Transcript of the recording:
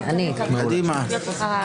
בבקשה.